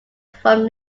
from